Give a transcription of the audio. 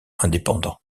indépendant